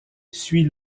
suit